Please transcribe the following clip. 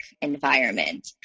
environment